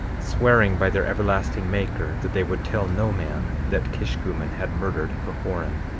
swearing by their everlasting maker, that they would tell no man that kishkumen had murdered pahoran.